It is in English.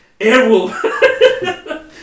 Airwolf